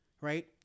right